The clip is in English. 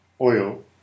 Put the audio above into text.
oil